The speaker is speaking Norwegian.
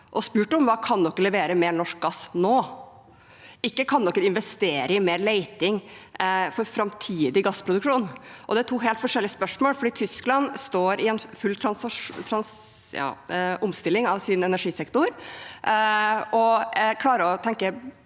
og spurte om, var: Kan dere levere mer norsk gass nå? – Spørsmålet var ikke om vi kunne investere i mer leting for framtidig gassproduksjon. Det er to helt forskjellige spørsmål, for Tyskland står i en full omstilling av sin energisektor og klarer å tenke